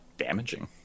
damaging